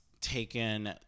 taken